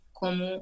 como